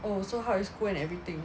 oh so how is school and everything